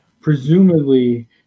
Presumably